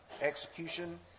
execution